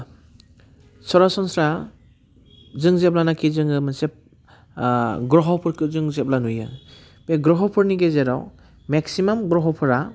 सरासनस्रा जों जेब्लानाखि जोङो मोनसे ग्रहफोरखौ जों जेब्ला नुयो बे ग्रहफोरनि गेजेराव मेक्सिमाम ग्रहफ्रा